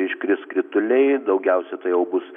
iškris krituliai daugiausia tai jau bus